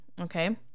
okay